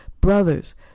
brothers